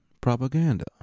propaganda